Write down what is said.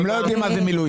הם לא יודעים מה זה מילואים.